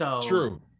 True